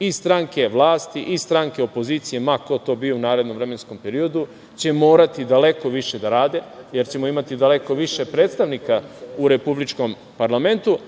I stranke vlasti i stranke opozicije, ma ko to bio u narednom vremenskom periodu će morati daleko više da rade, jer ćemo imati daleko više predstavnika u republičkom parlamentu,